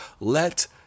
let